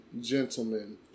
gentlemen